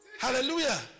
hallelujah